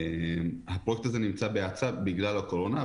הפרויקט הזה נמצא בהאצה בגלל הקורונה.